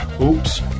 oops